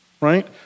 Right